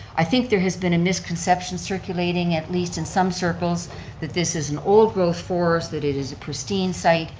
i think there has been a misconception circulating at least in some circles that this is an old growth forest, that it is a pristine site.